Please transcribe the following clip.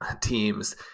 teams